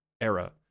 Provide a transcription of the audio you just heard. era